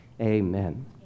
amen